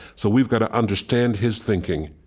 so we've got to understand his thinking,